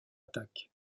attaque